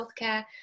healthcare